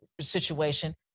situation